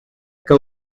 que